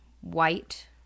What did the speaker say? white